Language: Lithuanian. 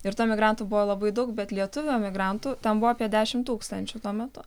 ir tų emigrantų buvo labai daug bet lietuvių emigrantų ten buvo apie dešimt tūkstančių tuo metu